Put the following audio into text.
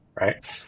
right